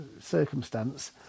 circumstance